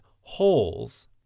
holes